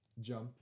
Jump